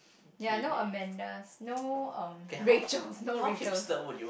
ya no Amandas no um Rachels no Rachels